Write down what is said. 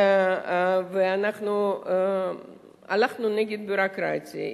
ואנחנו הלכנו נגד הביורוקרטיה.